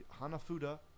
Hanafuda